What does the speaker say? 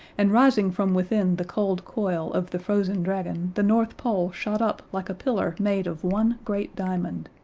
and rising from within the cold coil of the frozen dragon the north pole shot up like a pillar made of one great diamond,